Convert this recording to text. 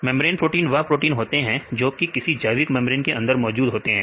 membrane protein वह protein होते हैं जो किसी जैविक मेंब्रेन के अंदर मौजूद होते हैं